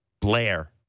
Blair